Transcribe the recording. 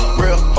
real